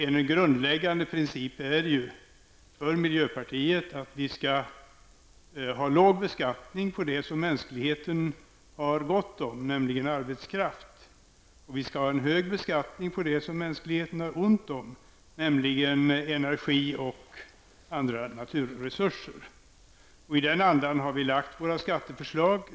En grundläggande princip för miljöpartiet är att beskattningen skall vara låg på det som mänskligheten har gott om, nämligen arbetskraft och att beskattningen skall vara hög på det som mänskligheten har ont om, nämligen energi och andra naturresurser. I den andan har vi lagt fram våra skatteförslag.